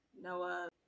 Noah